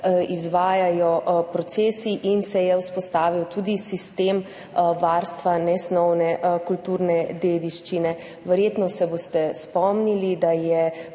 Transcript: izvajajo procesi in se je vzpostavil tudi sistem varstva nesnovne kulturne dediščine. Verjetno se boste spomnili, da je